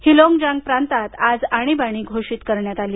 हीलोंग ज्यांग प्रांतात आज अणीबाणी घोषित करण्यात आली